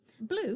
Blue